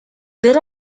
there